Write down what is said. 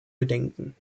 bedenken